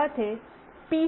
સાથે પી